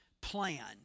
plan